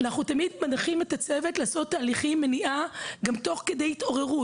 אנחנו תמיד מנחים את הצוות לעשות תהליכי מניעה גם תוך כדי התעוררות.